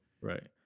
Right